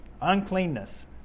uncleanness